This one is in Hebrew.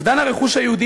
אובדן הרכוש היהודי,